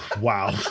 Wow